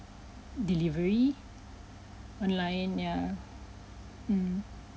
delivery online yeah mm